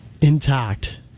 intact